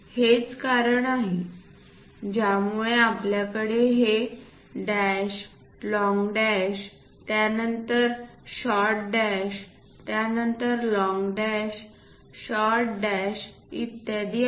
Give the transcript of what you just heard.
हेच कारण आहे ज्यामुळे आपल्याकडे हे डॅश लाँग डॅश त्यानंतर शॉर्ट डॅश त्यानंतर लाँग डॅश शॉर्ट डॅश इत्यादी आहेत